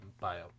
bio